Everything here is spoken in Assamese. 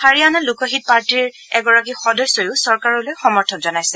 হাৰিয়াণা লোকহিত পাৰ্টীৰ এগৰাকী সদস্যয়ো চৰকাৰলৈ সমৰ্থন জনাইছে